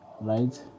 Right